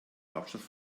hauptstadt